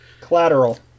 Collateral